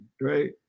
right